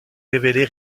révélée